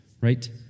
Right